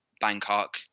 Bangkok